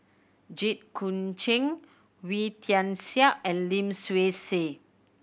Jit Koon Ch'ng Wee Tian Siak and Lim Swee Say